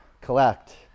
collect